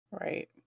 Right